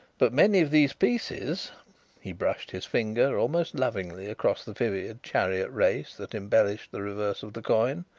but many of these pieces he brushed his finger almost lovingly across the vivid chariot race that embellished the reverse of the coin,